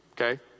Okay